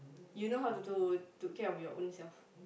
you know how to to to care of your own self